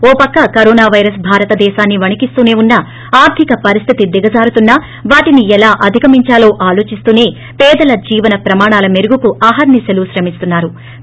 ఓ పక్క corona virus భారతదేశాన్ని వణికిస్తూసే ఉన్నా ఆర్ధిక పరిస్తితి దిగజారుతున్నా వాటిని ఎలా అధిగమిందాలో ఆలోచిస్తూనే పేదల జీవన ప్రమాణాల మెరుగుకు ఆహర్సి శలూ శ్రమిస్తున్నా రు